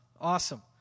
Awesome